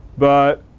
but,